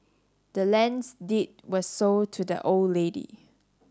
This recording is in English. the land's deed was sold to the old lady